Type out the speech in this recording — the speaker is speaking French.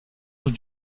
joue